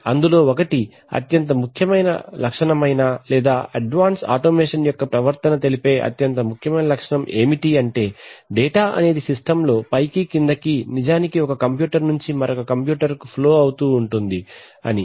అందులో ఒకటి అత్యంత ముఖ్యమైన లక్షణమైన లేదా అడ్వాన్స్ ఆటోమేషన్ యొక్క ప్రవర్తన తెలిపే అత్యంత ముఖ్యమైన లక్షణం ఏమిటంటే డేటా అనేది సిస్టంలో పైకీ కిందకూ అలాగే నిజానికి ఒక కంప్యూటర్ నుంచి మరొక కంప్యూటర్ కు ఫ్లో అవుతూ ఉంటుంది అని